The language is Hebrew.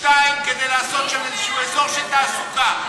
2. כדי לעשות שם איזה אזור של תעסוקה,